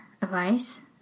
advice